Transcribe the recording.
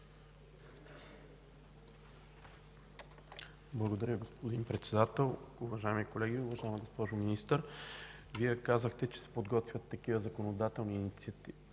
Благодаря, господин Председател. Уважаеми колеги, уважаема госпожо Министър! Казахте, че се подготвя такава законодателна инициатива